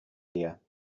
here